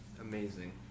amazing